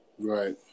Right